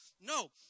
No